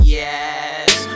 yes